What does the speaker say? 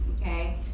Okay